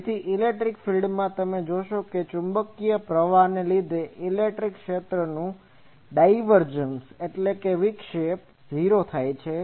તેથી ઇલેક્ટ્રિક ફીલ્ડમાં તમે જોશો કે ચુંબકીય પ્રવાહને લીધે ઇલેક્ટ્રિક ક્ષેત્રનું ડાઈવરજન્સ Divergenceવિક્ષેપ 0 થાય છે